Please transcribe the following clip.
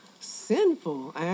sinful